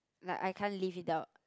like I can't live without